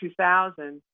2000